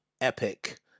epic